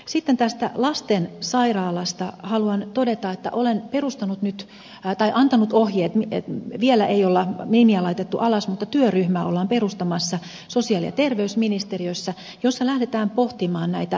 sitten tästä lastensairaalasta haluan todeta että olen antanut ohjeet vielä ei ole nimiä laitettu alle mutta työryhmä ollaan perustamassa sosiaali ja terveysministeriössä jossa lähdetään pohtimaan näitä rahoitusvaihtoehtoja